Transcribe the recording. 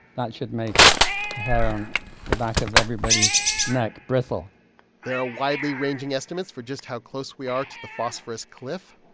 that should make the hair on the back of everybody's neck bristle there are widely ranging estimates for just how close we are to the phosphorus cliff.